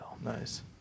Nice